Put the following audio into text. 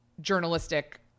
journalistic